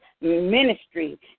Ministry